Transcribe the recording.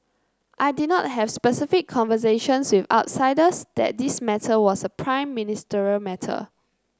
I did not have specific conversations with outsiders that this matter was a Prime Ministerial matter